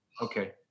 okay